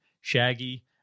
Shaggy